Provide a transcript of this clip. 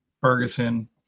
Ferguson